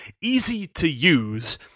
easy-to-use